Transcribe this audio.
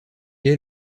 est